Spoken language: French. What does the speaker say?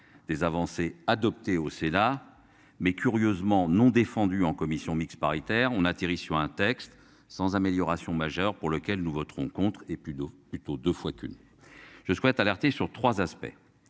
Des avancées adopté au Sénat mais curieusement non défendu en commission mixte paritaire on atterrit sur un texte sans amélioration majeure pour lequel nous voterons contre. Et plus d'eau plutôt 2 fois qu'une. Je souhaite alerter sur 3 aspects